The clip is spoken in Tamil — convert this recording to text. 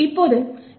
இப்போது hello